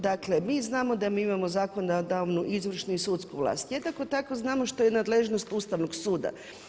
Dakle, mi znamo da mi imamo zakonodavnu, izvršnu i sudsku vlast, jednako tako znamo što je nadležnost Ustavnog suda.